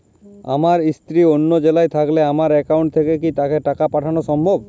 আমার স্ত্রী অন্য জেলায় থাকলে আমার অ্যাকাউন্ট থেকে কি তাকে টাকা পাঠানো সম্ভব?